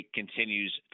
continues